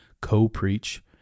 co-preach